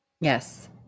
Yes